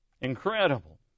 incredible